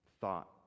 thought